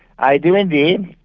i do indeed.